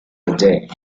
today